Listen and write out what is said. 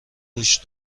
گوش